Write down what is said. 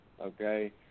okay